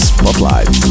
Spotlight